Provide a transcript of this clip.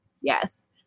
yes